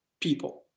people